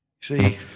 See